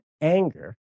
anger